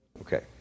Okay